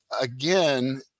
again